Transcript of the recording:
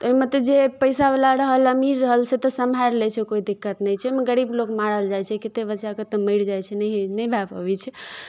ओहिमे तऽ जे पैसावला रहल अमीर रहल से तऽ सम्हारि लै छै कोइ दिक्कत नहि छै मगर गरीब लोक मारल जाइ छै कतेक बच्चाके तऽ मरि जाइ छै नहि होइ नहि भऽ पाबै छै